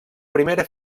primera